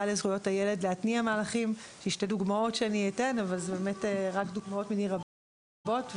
יש לי שתי דוגמאות אבל אלה דוגמאות מיני רבות.